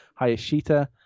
Hayashita